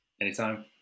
anytime